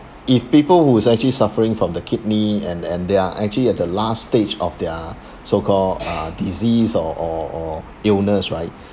if people who is actually suffering from the kidney and and they are actually at the last stage of their so-called uh disease or or or illness right